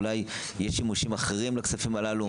אולי יש שימושים אחרים לכספים האלה.